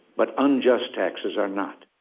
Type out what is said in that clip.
but unjust taxes are not.